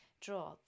draw